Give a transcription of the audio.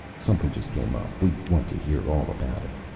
something just came up. we want to hear all about it.